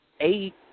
eight